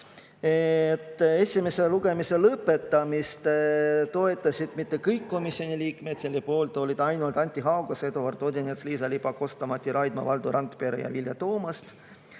Esimese lugemise lõpetamist ei toetanud mitte kõik komisjoni liikmed, selle poolt olid ainult Anti Haugas, Eduard Odinets, Liisa-Ly Pakosta, Mati Raidma, Valdo Randpere ja Vilja Toomast.